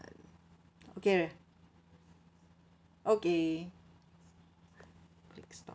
okay okay